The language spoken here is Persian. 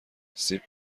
سیب